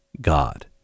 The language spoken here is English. God